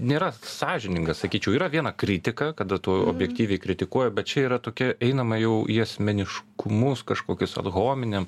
nėra sąžiningas sakyčiau yra viena kritika kada tu objektyviai kritikuoji bet čia yra tokia einama jau į asmeniškumus kažkokius adhominem